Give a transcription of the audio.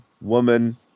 woman